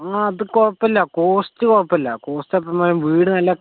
ആ അതു കുഴപ്പമില്ല കോസ്റ്റ് കുഴപ്പമില്ല കോസ്റ്റ് എത്ര ആയാലും വീട് നല്ല